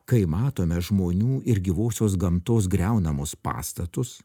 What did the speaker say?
kai matome žmonių ir gyvosios gamtos griaunamus pastatus